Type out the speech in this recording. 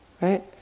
Right